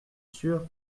sûr